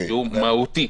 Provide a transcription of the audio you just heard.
והוא מהותי.